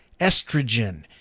estrogen